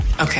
Okay